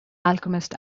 alchemist